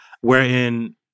wherein